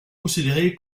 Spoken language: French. considérée